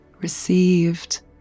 received